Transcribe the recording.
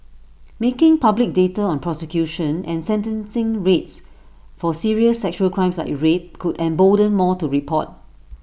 making public data on prosecution and sentencing rates for serious sexual crimes like rape could embolden more to report